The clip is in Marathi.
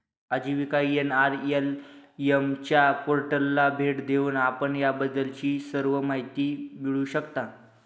आजीविका एन.आर.एल.एम च्या पोर्टलला भेट देऊन आपण याबद्दलची सर्व माहिती मिळवू शकता